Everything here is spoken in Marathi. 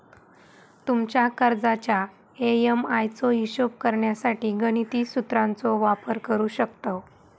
तुमच्या कर्जाच्या ए.एम.आय चो हिशोब करण्यासाठी गणिती सुत्राचो वापर करू शकतव